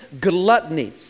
gluttony